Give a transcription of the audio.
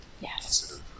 Yes